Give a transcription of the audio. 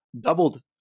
doubled